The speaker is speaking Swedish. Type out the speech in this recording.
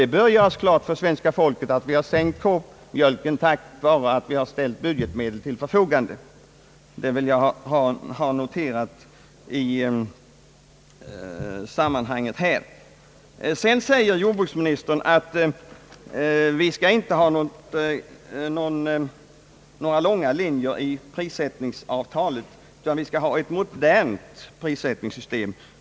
Det bör således göras klart för svenska folket att kmjölkpriset har kunnat sänkas tack vare att budgetmedel har ställts till förfogande. Jordbruksministern säger vidare att vi inte skall ha några långa långsiktiga linjer i prissättningsavtalet utan ett modernt prissättningssystem.